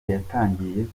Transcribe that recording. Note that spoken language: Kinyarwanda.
yatangiye